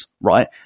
right